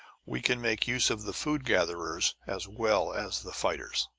we can make use of the food-gatherers as well as the fighters.